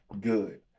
Good